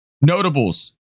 Notables